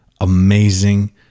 amazing